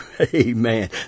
Amen